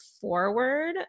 forward